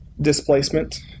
displacement